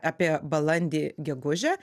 apie balandį gegužę